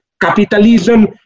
capitalism